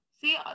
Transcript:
See